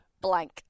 blank